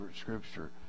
scripture